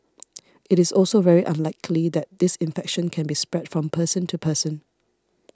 it is also very unlikely that this infection can be spread from person to person